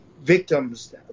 victims